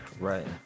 Right